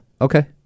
okay